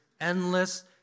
endless